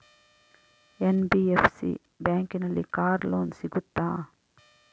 NBFC ಬ್ಯಾಂಕಿನಲ್ಲಿ car loan ಸಿಗುತ್ತಾ?